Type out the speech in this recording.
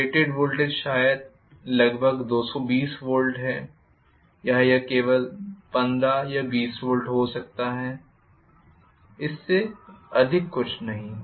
यह rated voltage शायद लगभग 220 वोल्ट है या यह केवल 15 या 20 वोल्ट हो सकता है इससे अधिक कुछ नहीं